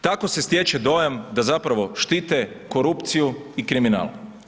Tako se stječe dojam da zapravo štite korupciju i kriminal.